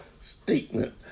statement